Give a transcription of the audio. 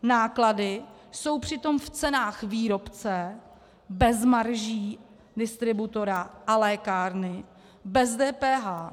Náklady jsou přitom v cenách výrobce bez marží distributora a lékárny, bez DPH.